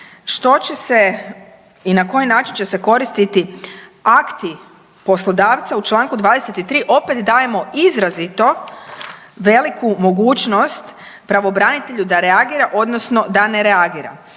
što će se i na koji način će se koristiti akti poslodavca u čl. 23. opet dajemo izrazito veliku mogućnost pravobranitelju da reagira odnosno da ne reagira.